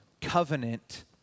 covenant